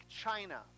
China